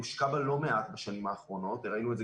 הושקע בה לא מעט בשנים האחרונות וראינו את זה